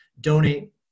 donate